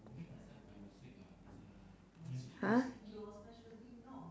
!huh!